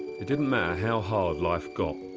it didn't matter how hard life got.